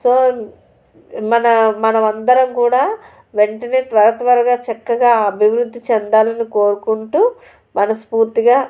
so మన మనమందరం కూడా వెంటనే త్వరత్వరగా చక్కగా అభివృద్ధి చెందాలని కోరుకుంటూ మనస్పూర్తిగా